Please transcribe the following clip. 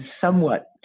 somewhat